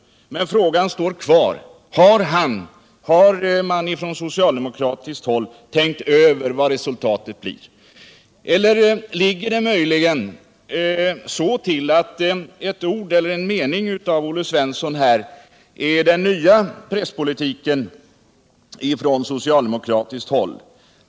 Men frågan står kvar: Har man från socialdemokratiskt håll tänkt över vad resultatet blir? Eller ligger det möjligen så till att en av Olle Svenssons meningar signalerar den nya socialdemokratiska presspolitiken?